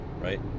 right